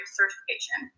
certification